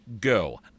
go